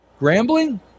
Grambling